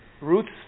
roots